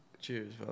Cheers